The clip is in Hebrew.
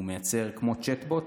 הוא מייצר כמו צ'אט בוט,